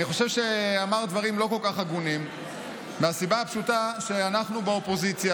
אני חושב שאמרת דברים לא כל כך הגונים מהסיבה הפשוטה שאנחנו באופוזיציה,